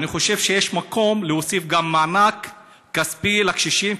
אני חושב שיש מקום להוסיף מענק כספי לקשישים,